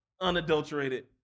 unadulterated